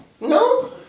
No